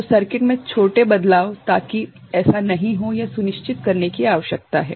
तो सर्किट में छोटे बदलाव ताकि ऐसा नहीं हो यह सुनिश्चित करने की आवश्यकता है